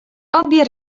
obie